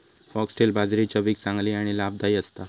foxtail बाजरी चवीक चांगली आणि लाभदायी असता